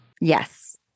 Yes